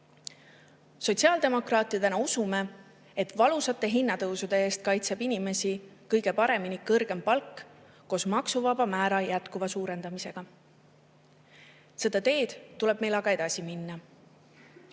Sotsiaaldemokraatidena usume, et valusate hinnatõusude eest kaitseb inimesi kõige paremini kõrgem palk koos maksuvaba määra jätkuva suurendamisega. Seda teed tuleb meil aga edasi minna.